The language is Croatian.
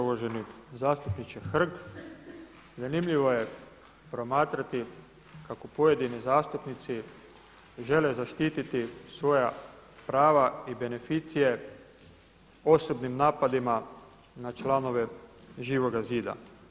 Uvaženi zastupniče Hrg, zanimljivo je promatrati kako pojedini zastupnici žele zaštiti svoja prava i beneficije osobnim napadima na članove Živoga zida.